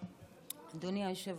דווקא לדבר